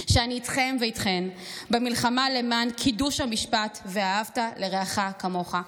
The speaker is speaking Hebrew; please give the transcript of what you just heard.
שאני איתכם ואיתכן במלחמה למען קידוש המשפט "ואהבת לרעך כמוך",